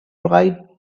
write